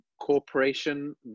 corporation